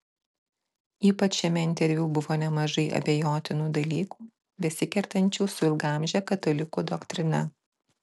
ypač šiame interviu buvo nemažai abejotinų dalykų besikertančių su ilgaamže katalikų doktrina